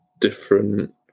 different